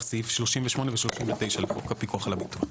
סעיף 38 ו-39 לחוק הפיקוח על הביטוח.